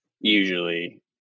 Usually